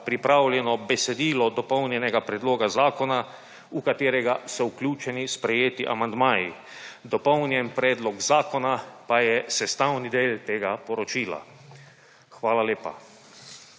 pripravljeno besedilo dopolnjenega predloga zakona v katerega so vključeni sprejeti amandmaji. Dopolnjen predlog zakona pa je tudi sestavni del tega poročila. Hvala lepa.